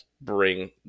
bring